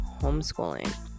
homeschooling